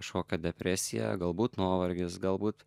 kažkokia depresija galbūt nuovargis galbūt